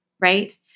Right